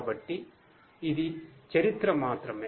కాబట్టి ఇది చరిత్ర మాత్రమే